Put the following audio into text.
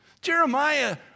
Jeremiah